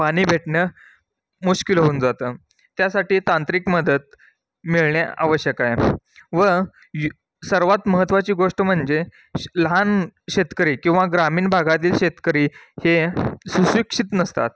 पाणी भेटणं मुश्किल होऊन जातं त्यासाटी तांत्रिक मदत मिळणे आवश्यक आहे व यु सर्वात महत्त्वाची गोष्ट म्हणजे श लहान शेतकरी किंवा ग्रामीण भागातील शेतकरी हे सुशिक्षित नसतात